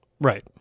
Right